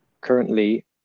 currently